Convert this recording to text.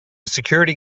security